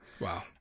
Wow